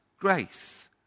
grace